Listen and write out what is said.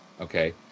Okay